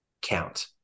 count